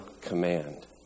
command